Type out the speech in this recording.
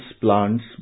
plants